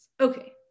Okay